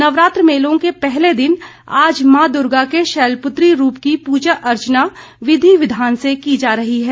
नवरात्र मेलों के पहले दिन आज माँ दुर्गा के शैल पुत्री रूप की पूजा अर्चना विधि विधान से की जा रही है